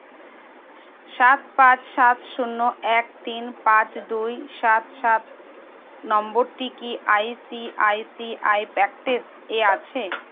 সাত পাঁচ সাত শূন্য এক তিন পাঁচ দুই সাত সাত নম্বরটি কি I C I C I প্যাকটেস এ আছে